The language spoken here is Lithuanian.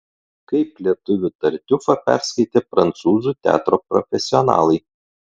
kaip lietuvių tartiufą perskaitė prancūzų teatro profesionalai